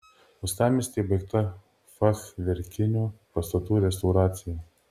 uostamiestyje baigta fachverkinių pastatų restauracija